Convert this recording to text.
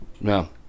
No